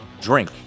Drink